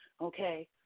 okay